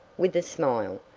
with a smile.